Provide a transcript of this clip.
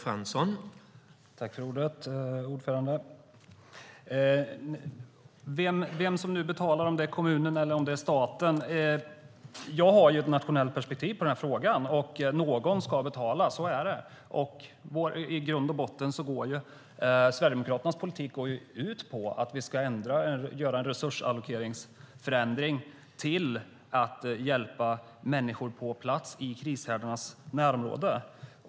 Herr talman! Vem ska betala - kommunerna eller staten? Jag har ett nationellt perspektiv på den frågan. Någon ska betala, så är det. I grund och botten går Sverigedemokraternas politik ut på att göra en resursallokeringsförändring till att hjälpa människor på plats i krishärdarnas närområde.